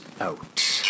out